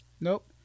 Nope